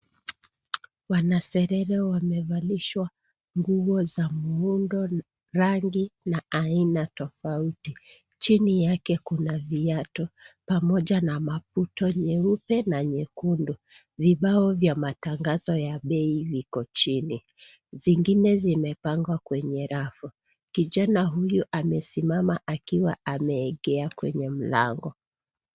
Wanaserere wamevalishwa nguo za muundo, rangi, na aina, tofauti. Chini yake kuna viatu, pamoja na maputo nyeupe, na nyekundu. Vibao vya matangazo ya bei viko chini. Zingine zimepangwa, kwenye rafu. Kijana huyu amesimama akiwa ameegea, kwenye mlango.